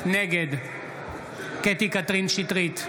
נגד קטי קטרין שטרית,